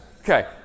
Okay